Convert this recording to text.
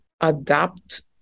adapt